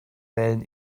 wählen